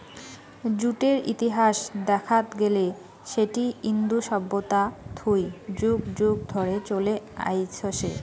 জুটের ইতিহাস দেখাত গেলে সেটি ইন্দু সভ্যতা থুই যুগ যুগ ধরে চলে আইসছে